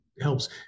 helps